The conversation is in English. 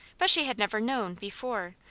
but she had never known, before,